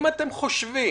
אבל אם אתם חושבים,